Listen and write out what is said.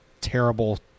terrible